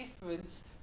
difference